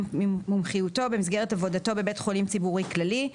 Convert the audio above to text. מומחיותו במסגרת עבודתו בבית חולים ציבורי כללי,